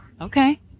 Okay